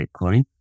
Bitcoin